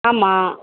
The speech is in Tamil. ஆமாம்